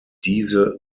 diese